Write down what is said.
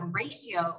ratio